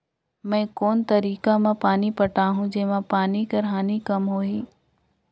मैं कोन तरीका म पानी पटाहूं जेमा पानी कर हानि कम होही?